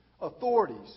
authorities